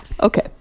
Okay